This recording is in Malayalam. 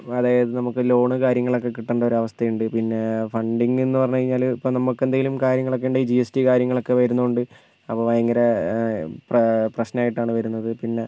അതായത് നമുക്ക് ലോണും കാര്യങ്ങളൊക്കെ കിട്ടേണ്ട ഒരു അവസ്ഥയുണ്ട് പിന്നെ ഫണ്ടിങ് എന്ന് പറഞ്ഞു കഴിഞ്ഞാൽ ഇപ്പം നമുക്ക് എന്തെങ്കിലും കാര്യങ്ങളൊക്കെ ഉണ്ടെങ്കിൽ ജി എസ് ടി കാര്യങ്ങളൊക്കെ വരുന്നുണ്ട് അപ്പം ഭയങ്കര പ്രാ പ്രശ്നമായിട്ടാണ് വരുന്നത് പിന്നെ